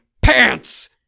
pants